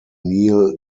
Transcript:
neil